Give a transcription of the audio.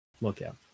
Lookout